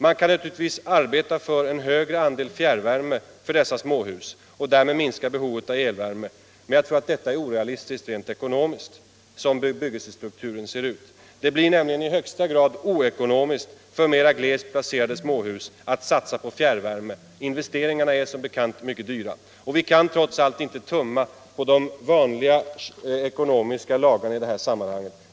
Man kan naturligtvis arbeta för en högre andel fjärrvärme för dessa småhus och därmed minska behovet av elvärme, men jag tror att detta är orealistiskt rent ekonomiskt som bebyggelsestrukturen ser ut. Det blir nämligen i högsta grad oekonomiskt för mera glest placerade småhus att satsa på fjärrvärme. Investeringarna är som bekant mycket dyra, och vi kan trots allt inte tumma på de vanligaste ekonomiska lagarna i det här sammanhanget.